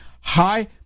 high